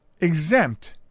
exempt